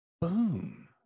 Boom